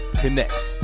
Connects